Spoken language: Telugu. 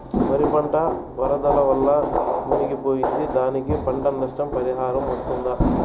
వరి పంట వరదల వల్ల మునిగి పోయింది, దానికి పంట నష్ట పరిహారం వస్తుందా?